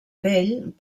pell